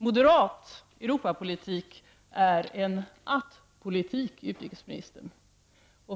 Moderat Europapolitik är en att-politik, utrikesministern.